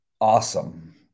awesome